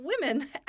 women